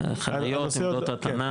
החניות, עמדות הטענה.